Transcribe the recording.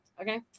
Okay